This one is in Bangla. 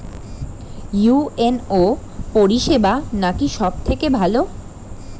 ইউ.এন.ও পরিসেবা নাকি সব থেকে ভালো?